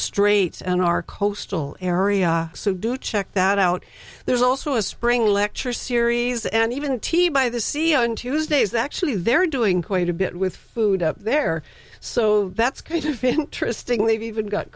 straights and our coastal area so do check that out there's also a spring lecture series and even t by the sea on tuesdays actually they're doing quite a bit with food up there so that's going to trysting they've even got